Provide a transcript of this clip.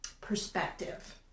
perspective